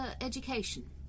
education